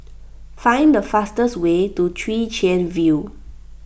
find the fastest way to Chwee Chian View